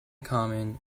common